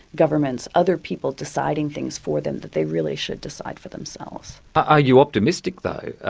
governments, other people deciding things for them that they really should decide for themselves. but are you optimistic, though,